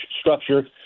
structure